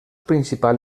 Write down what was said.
principal